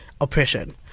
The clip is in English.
oppression